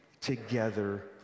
together